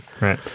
right